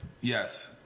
Yes